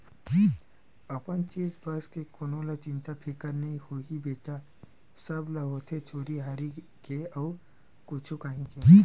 अपन चीज बस के कोन ल चिंता फिकर नइ होही बेटा, सब ल होथे चोरी हारी के अउ कुछु काही के